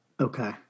Okay